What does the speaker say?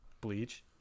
Bleach